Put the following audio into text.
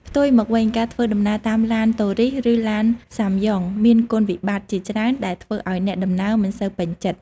ផ្ទុយមកវិញការធ្វើដំណើរតាមឡានតូរីសឬឡានសាំយ៉ុងមានគុណវិបត្តិជាច្រើនដែលធ្វើឱ្យអ្នកដំណើរមិនសូវពេញចិត្ត។